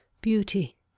beauty